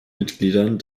mitgliedern